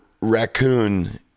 raccoon